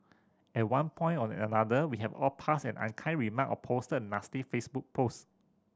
at one point or another we have all passed an unkind remark or posted a nasty Facebook post